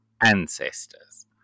ancestors